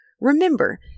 Remember